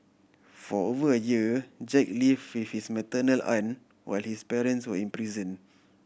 for over a year Jack live with his maternal aunt while his parents were in prison